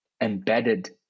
embedded